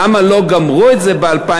למה לא גמרו את זה ב-2012?